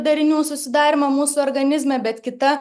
darinių susidarymą mūsų organizme bet kita